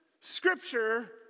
Scripture